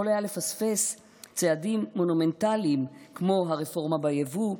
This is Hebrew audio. יכול היה לפספס צעדים מונומנטליים כמו הרפורמה ביבוא,